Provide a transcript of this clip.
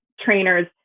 trainers